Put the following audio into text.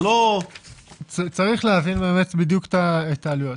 צריך להבין בדיוק את העלויות.